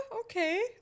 Okay